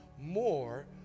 more